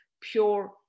pure